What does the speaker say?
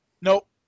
Nope